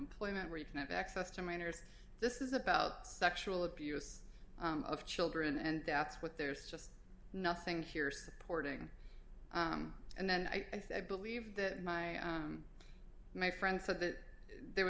employment where you can have access to minors this is about sexual abuse of children and that's what there's just nothing here supporting and then i believe that my my friend said that there